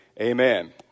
amen